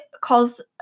calls